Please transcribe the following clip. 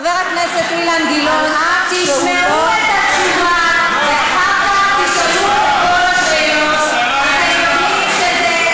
אפשר לדעת למה שר התחבורה לא כאן?